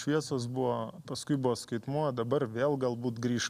šviesos buvo paskui buvo skaitmuo dabar vėl galbūt grįš